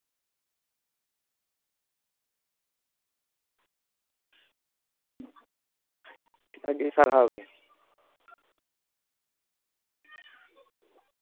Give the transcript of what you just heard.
ᱟᱹᱰᱤ ᱟᱹᱰᱤ ᱥᱟᱨᱦᱟᱣ ᱜᱮ